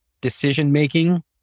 decision-making